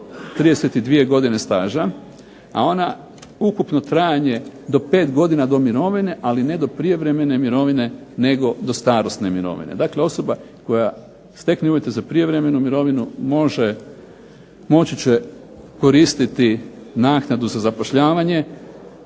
32 godine staža, a ona ukupno trajanje do 5 godina do mirovine ali ne do prijevremene mirovine nego do starosne mirovine. Dakle, osoba koja stekne uvjete za prijevremenu mirovinu moći će koristiti naknadu za zapošljavanje,